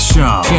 Show